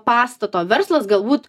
pastato verslas galbūt